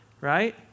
right